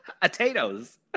Potatoes